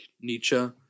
Nietzsche